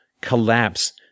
collapse